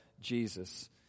Jesus